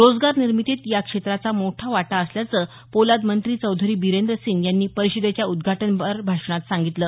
रोजगार निर्मितीत या क्षेत्राचा मोठा वाटा असल्याचं पोलाद मंत्री चौधरी बिरेंद्र सिंग यांनी परीषदेच्या उद्घाटनपर भाषणात सांगितलं